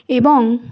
এবং